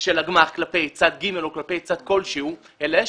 של הגמ"ח כלפי צד ג' או כלפי צד כלשהו אלא יש